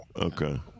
Okay